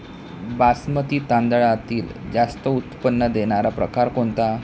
बासमती तांदळातील जास्त उत्पन्न देणारा प्रकार कोणता?